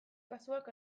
kasuak